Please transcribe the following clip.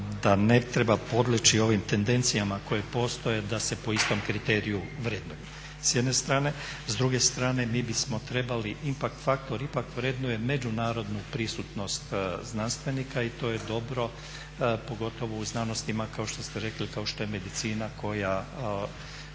da ne treba podleći ovim tendencijama koje postoje da se po istom kriteriju vrednuju s jedne strane. S druge strane mi bismo trebali impact faktor ipak vrednuje međunarodnu prisutnost znanstvenika i to je dobro pogotovo u znanostima kao što ste rekli kao što je medicina koja